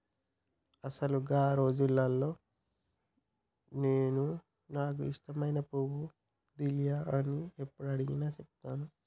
అసలు గా రోజుల్లో నాను నాకు ఇష్టమైన పువ్వు డాలియా అని యప్పుడు అడిగినా సెబుతాను